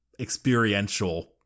experiential